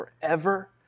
forever